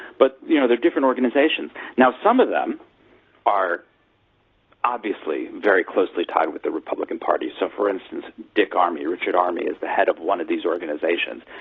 but you know they're different organisations. now, some of them are obviously very closely tied with the republican party. so for instance, dick armey, richard armey, is the head of one of these organisations.